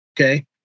okay